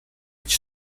być